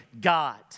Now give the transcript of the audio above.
God